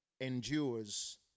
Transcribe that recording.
endures